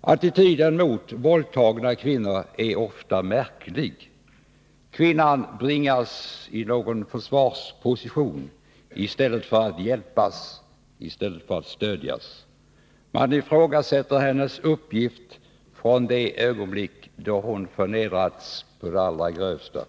Attityden gentemot våldtagna kvinnor är ofta märklig. Kvinnan bringas i någon sorts försvarsposition i stället för att hjälpas och stödjas. Man ifrågasätter hennes uppgifter från det ögonblick då hon förnedrats på allra grövsta sätt.